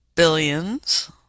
Billions